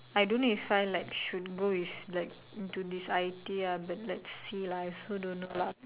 I don't know if I like should got this into I T ah like see lah I also don't know lah